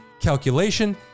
calculation